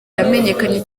yamenyekanye